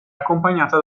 accompagnata